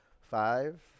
five